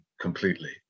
completely